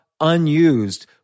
unused